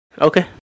Okay